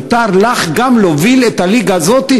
מותר לך גם להוביל את הליגה הזאת,